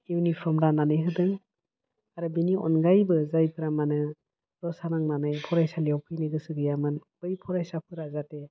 uniform राननानै होदों आरो बेनि अनगायैबो जायफ्रा मानो रसा नांनानै फरायसालियाव फैनो गोसो गैयामोन बै फरायसाफोरा जाहाथे